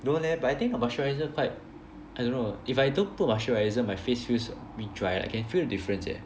no leh but I think the moisturizer part I don't know if I don't put moisturizer my face feels a bit dry like I can feel the difference eh